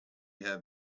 have